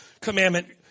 commandment